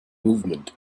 movement